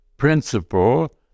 principle